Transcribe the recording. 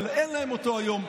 אבל אין להם אותו היום.